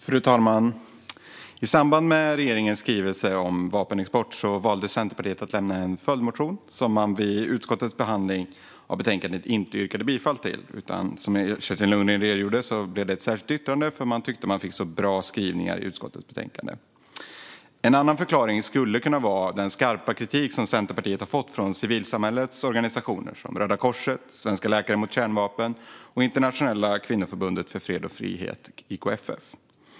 Fru talman! I samband med regeringens skrivelse om vapenexport valde Centerpartiet att lämna en följdmotion som man vid utskottets behandling av betänkandet inte yrkade bifall till. Som Kerstin Lundgren redogjorde för blev det i stället ett särskilt yttrande, för man tyckte att man fick så bra skrivningar i utskottets betänkande. En annan förklaring skulle kunna vara den skarpa kritik som Centerpartiet har fått från civilsamhällets organisationer som Röda Korset, Svenska Läkare mot Kärnvapen och Internationella Kvinnoförbundet för Fred och Frihet, IKFF.